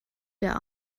der